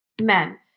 Men